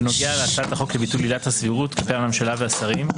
בנוגע להצעת החוק של ביטול עילת הסבירות כלפי הממשלה והשרים,